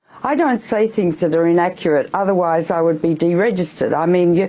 i don't say things that are inaccurate otherwise i would be deregistered, i mean, yeah